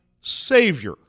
Savior